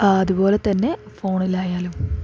അതുപോലെ തന്നെ ഫോണിലായാലും